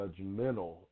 judgmental